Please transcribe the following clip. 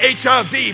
hiv